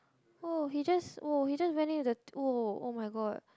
!woah! he just !woah! he just went in with the !woah! [oh]-my-god